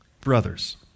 brothers